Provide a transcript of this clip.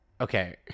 Okay